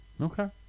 Okay